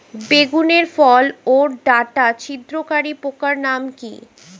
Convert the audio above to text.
বেগুনের ফল ওর ডাটা ছিদ্রকারী পোকার নাম কি?